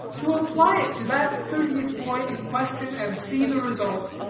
to apply it to that thirtieth boy in question, and see the result.